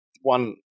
One